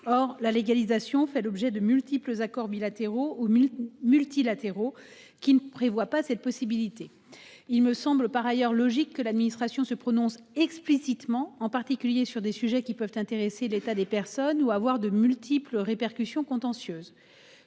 Or la légalisation, fait l'objet de multiples accords bilatéraux 1000 multilatéraux qui ne prévoit pas cette possibilité. Il me semble par ailleurs logique que l'administration se prononce explicitement en particulier sur des sujets qui peuvent intéresser l'état des personnes ou à avoir de multiple répercussions contentieuse.